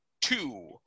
two